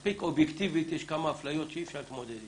מספיק אובייקטיבית יש כמה אפליות שאי-אפשר להתמודד איתן.